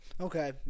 Okay